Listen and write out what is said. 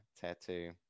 tattoo